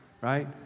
right